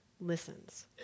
listens